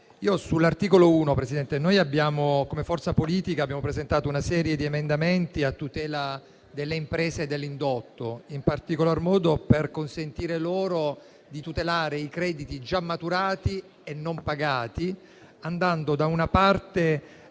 Presidente, come forza politica, abbiamo presentato una serie di emendamenti a tutela delle imprese e dell'indotto, in particolar modo per consentire loro di tutelare i crediti già maturati e non pagati, andando a salvaguardare